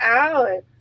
out